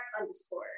underscore